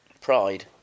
Pride